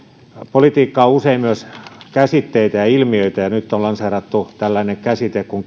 politiikka on usein myös käsitteitä ja ilmiöitä ja nyt on lanseerattu tällainen käsite kuin